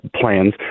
plans